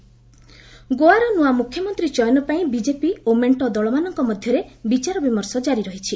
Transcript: Goa politics ଗୋଆର ନୂଆ ମୁଖ୍ୟମନ୍ତ୍ରୀ ଚୟନ ପାଇଁ ବିଜେପି ଓ ମେଣ୍ଟ ଦଳମାନଙ୍କ ମଧ୍ୟରେ ବିଚାର ବିମର୍ଶ କାରି ରହିଛି